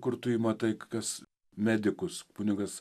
kur tu jį matai kas medikus kunigas